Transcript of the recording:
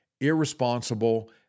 irresponsible